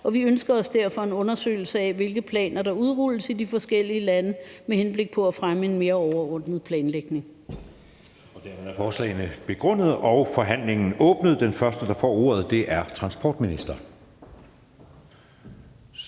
og vi ønsker os derfor en undersøgelse af, hvilke planer der udrulles i de forskellige lande med henblik på at fremme en mere overordnet planlægning.